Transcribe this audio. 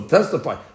testify